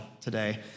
today